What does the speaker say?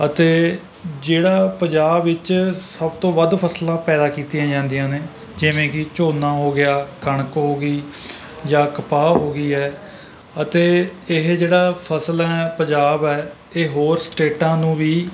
ਅਤੇ ਜਿਹੜਾ ਪੰਜਾਬ ਵਿੱਚ ਸਭ ਤੋਂ ਵੱਧ ਫਸਲਾਂ ਪੈਦਾ ਕੀਤੀਆਂ ਜਾਂਦੀਆਂ ਨੇ ਜਿਵੇਂ ਕਿ ਝੋਨਾ ਹੋ ਗਿਆ ਕਣਕ ਹੋ ਗਈ ਜਾਂ ਕਪਾਹ ਹੋ ਗਈ ਹੈ ਅਤੇ ਇਹ ਜਿਹੜਾ ਫਸਲ ਹੈ ਪੰਜਾਬ ਹੈ ਇਹ ਹੋਰ ਸਟੇਟਾਂ ਨੂੰ ਵੀ